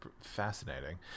Fascinating